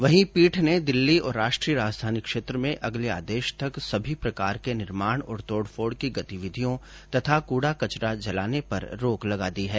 वहीं पीठ ने दिल्ली और राष्ट्रीय राजधानी क्षेत्र में अगले आदेश तक सभी प्रकार के निर्माण और तोडफोड़ की गतिविधियों तथा कूडा कचरा जलाने पर रोक लगा दी है